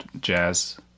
jazz